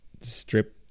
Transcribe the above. strip